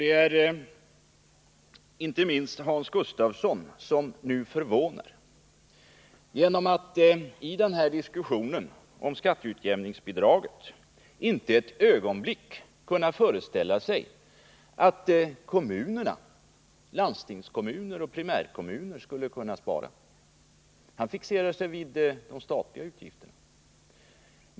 Inte minst förvånar Hans Gustafsson som nu i diskussionen om skatteutjämningsbidraget inte ett ögonblick kan föreställa sig att landstingskommunerna och primärkommunerna skall kunna spara. Han fixerar sig vid de statliga utgifterna.